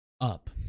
up